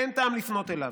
אין טעם לפנות אליו.